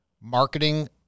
marketing